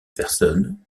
personnes